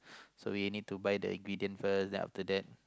so we need to buy the ingredient first then after that